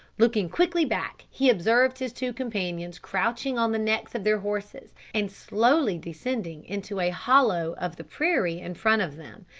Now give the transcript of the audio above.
looking quickly back he observed his two companions crouching on the necks of their horses, and slowly descending into a hollow of the prairie in front of them,